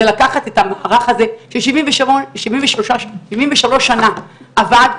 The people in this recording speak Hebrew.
זה לקחת את המערך ש-73 שנה עבד.